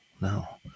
no